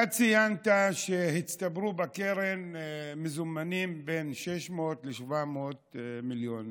אתה ציינת שהצטברו בקרן מזומנים בין 600 ל-700 מיליון